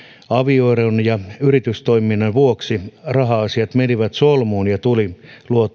avioeron ja yritystoiminnan vuoksi raha asiat menivät solmuun ja tuli